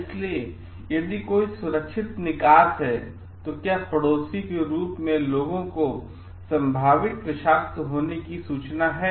इसलिए यदि कोई सुरक्षित निकास है तो क्या पड़ोसी के रूप में लोगों को संभावित विषाक्त होने की सूचना है